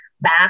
back